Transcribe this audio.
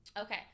okay